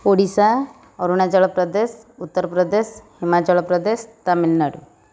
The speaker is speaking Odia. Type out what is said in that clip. ଓଡ଼ିଶା ଅରୁଣାଚଳପ୍ରଦେଶ ଉତ୍ତରପ୍ରଦେଶ ହିମାଚଳପ୍ରଦେଶ ତାମିଲନାଡ଼ୁ